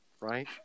right